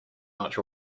much